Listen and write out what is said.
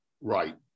right